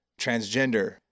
transgender